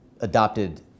adopted